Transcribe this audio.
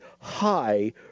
high